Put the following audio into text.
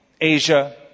Asia